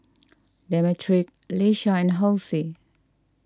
Demetric Iesha and Halsey